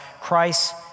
Christ